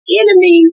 enemy